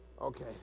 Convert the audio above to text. Okay